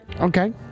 okay